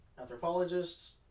anthropologists